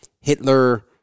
hitler